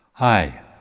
Hi